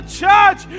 church